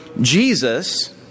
Jesus